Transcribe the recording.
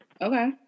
Okay